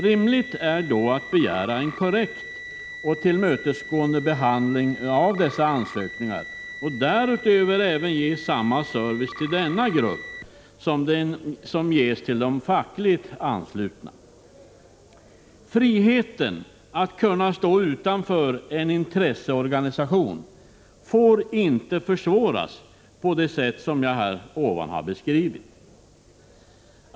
Rimligt är då att begära en korrekt och tillmötesgående behandling av dessa ansökningar och därutöver att samma service ges till denna stora grupp som till de fackligt anslutna. Friheten att stå utanför en intresseorganisation får inte inskränkas på det sätt som jag beskrivit.